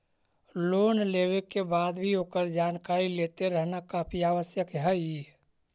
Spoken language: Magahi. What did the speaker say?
लोन लेवे के बाद भी ओकर जानकारी लेते रहना काफी आवश्यक हइ